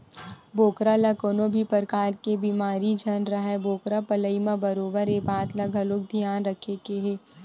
बोकरा ल कोनो भी परकार के बेमारी झन राहय बोकरा पलई म बरोबर ये बात ल घलोक धियान रखे के हे